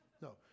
No